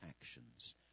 actions